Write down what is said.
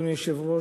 אדוני היושב-ראש,